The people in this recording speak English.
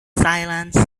silence